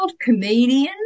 comedian